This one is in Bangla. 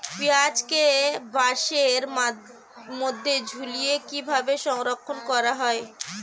পেঁয়াজকে বাসের মধ্যে ঝুলিয়ে কিভাবে সংরক্ষণ করা হয়?